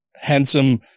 handsome